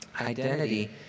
identity